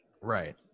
right